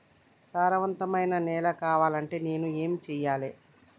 సారవంతమైన నేల కావాలంటే నేను ఏం చెయ్యాలే?